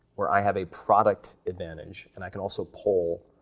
where i have a product advantage, and i can also poll,